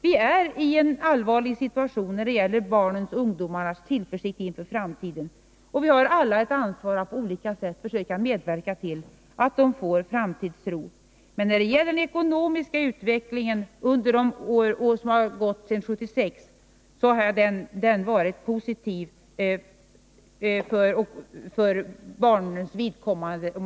Vi befinner oss i en allvarlig situation när det gäller barnens och ungdomarnas tillförsikt inför framtiden, och vi har alla ett ansvar för att på olika sätt försöka medverka till att de får en framtidstro. När det gäller den ekonomiska utvecklingen efter 1976 vill jag framhålla att den, totalt sett, har varit positiv för barnens vidkommande.